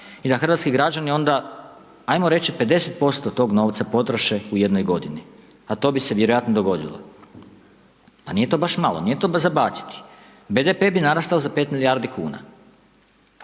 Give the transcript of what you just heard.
i da hrvatski građani onda, ajmo reći, 50% tog novca potroše u jednoj godini, a to bi se vjerojatno dogodilo. Pa nije to baš malo, nije to za baciti. BDP bi narastao za 5 milijardi kuna.